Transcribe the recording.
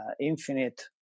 infinite